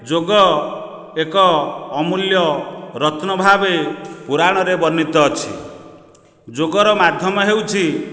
ଯୋଗ ଏକ ଅମୂଲ୍ୟ ରତ୍ନ ଭାବେ ପୁରାଣରେ ବର୍ଣ୍ଣିତ ଅଛି ଯୋଗର ମାଧ୍ୟମ ହେଉଛି